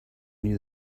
knew